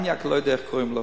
לא יודע איך קוראים לו,